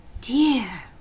dear